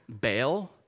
bail